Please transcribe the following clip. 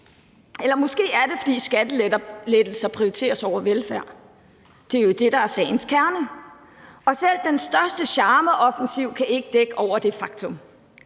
Eller måske er det, fordi skattelettelser prioriteres over velfærd? Det er jo det, der er sagens kerne, og selv den største charmeoffensiv kan ikke dække over det faktum.